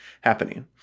happening